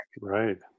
right